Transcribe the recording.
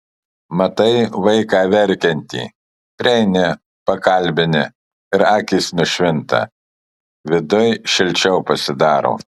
matai vaiką verkiantį prieini pakalbini ir akys nušvinta viduj šilčiau pasidaro